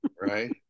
right